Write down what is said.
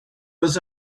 was